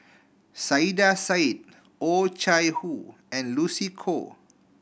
Saiedah Said Oh Chai Hoo and Lucy Koh